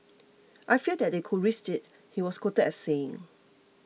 I fear that they could risk it he was quoted as saying